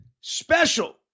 special